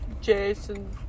Jason